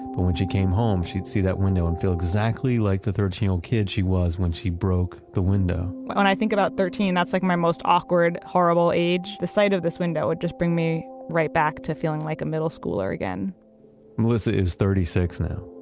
but when she came home she'd see that window and feel exactly like the thirteen-year-old kid she was when she broke the window when i think about thirteen that's like my most awkward, horrible age. the sight of this window would just bring me right back the feeling like a middle schooler again melissa is thirty-six now.